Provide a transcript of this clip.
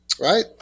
right